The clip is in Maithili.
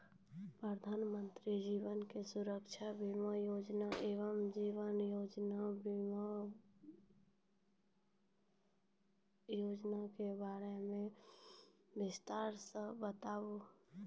प्रधान मंत्री जीवन सुरक्षा बीमा योजना एवं जीवन ज्योति बीमा योजना के बारे मे बिसतार से बताबू?